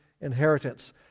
inheritance